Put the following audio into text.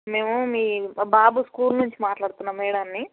మేము మీ బాబు స్కూల్ నుంచి మాట్లాడుతున్నాం మేడమ్ని